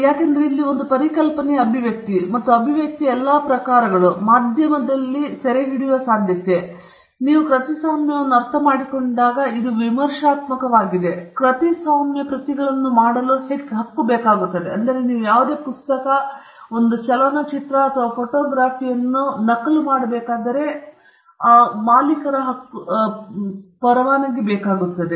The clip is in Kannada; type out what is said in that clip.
ಏಕೆಂದರೆ ಇಲ್ಲಿ ಒಂದು ಪರಿಕಲ್ಪನೆಯ ಅಭಿವ್ಯಕ್ತಿ ಮತ್ತು ಅಭಿವ್ಯಕ್ತಿಯ ಎಲ್ಲಾ ಪ್ರಕಾರಗಳು ಹೆಚ್ಚಾಗಿ ಮಧ್ಯಮದಲ್ಲಿ ಸೆರೆಹಿಡಿಯುವ ಸಾಧ್ಯತೆ ನೀವು ಕೃತಿಸ್ವಾಮ್ಯವನ್ನು ಅರ್ಥಮಾಡಿಕೊಂಡಾಗ ಇದು ವಿಮರ್ಶಾತ್ಮಕವಾಗಿದೆ ಏಕೆಂದರೆ ಕೃತಿಸ್ವಾಮ್ಯ ಪ್ರತಿಗಳನ್ನು ಮಾಡಲು ಹಕ್ಕು ಬೇಕಾಗುತ್ತದೆ